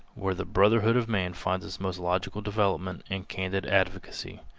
where the brotherhood of man finds its most logical development and candid advocacy.